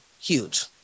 Huge